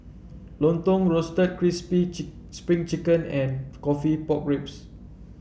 lontong Roasted Crispy Spring Chicken and coffee Pork Ribs